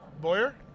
Boyer